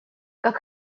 как